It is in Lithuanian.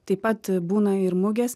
taip pat būna ir mugės